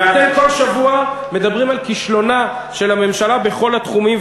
ואתם כל שבוע מדברים על כישלונה של הממשלה בכל התחומים,